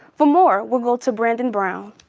for more, we'll go to brandon brown.